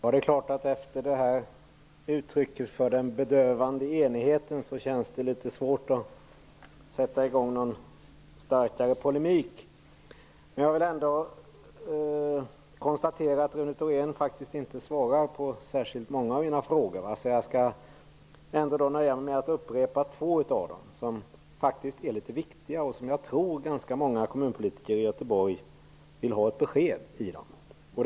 Herr talman! Efter detta uttryck för den bedövande enigheten känns det litet svårt att sätta i gång någon starkare polemik. Jag vill ändå konstatera att Rune Thorén faktiskt inte svarade på särskilt många av mina frågor. Jag skall nöja mig med att upprepa två av dem, som är viktiga och som jag tror att ganska många kommunpolitiker i Göteborg vill ha ett besked om.